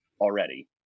already